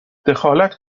دخالت